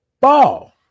ball